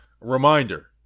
reminder –